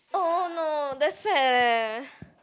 oh no that sad leh